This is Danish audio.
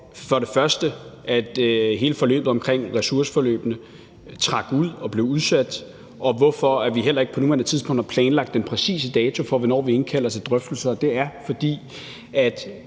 på, hvorfor hele forløbet omkring ressourceforløbene trak ud og blev udsat, og hvorfor vi heller ikke på nuværende tidspunkt har planlagt den præcise dato for, hvornår vi indkalder til drøftelser. Det er, fordi